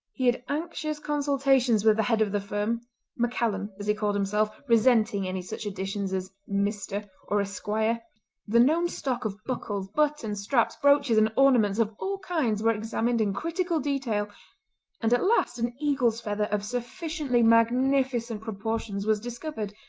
he had anxious consultations with the head of the firm maccallum as he called himself, resenting any such additions as mr. or esquire. the known stock of buckles, buttons, straps, brooches and ornaments of all kinds were examined in critical detail and at last an eagle's feather of sufficiently magnificent proportions was discovered,